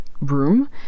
room